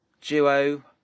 duo